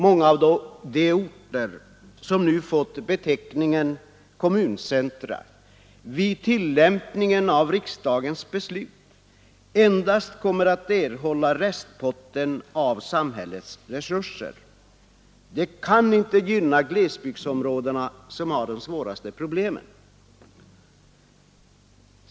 Många av de orter som har fått beteckningen kommuncentra kommer nu vid tillämpningen av riksdagsbeslutet endast att få ”restpotten” av samhällets resurser, och det kan inte gynna glesbygdsområdena, som har de svåraste problemen.